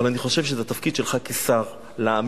אבל אני חושב שזה התפקיד שלך כשר להעמיד